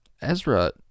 Ezra